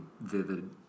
vivid